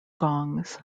gongs